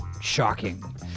Shocking